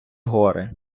горе